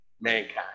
mankind